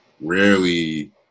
rarely